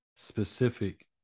specific